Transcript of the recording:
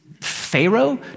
Pharaoh